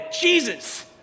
Jesus